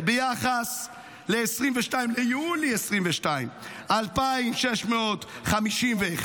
ביולי 2022, 2,651,